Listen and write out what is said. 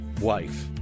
wife